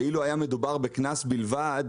ואילו היה מדובר בקנס בלבד,